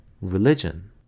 religion